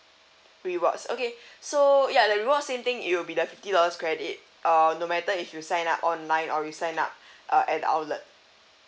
rewards okay so ya the rewards same thing it will be the fifty dollar credit uh no matter if you sign up online or you sign up uh at the outlet